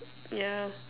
yeah